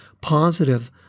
positive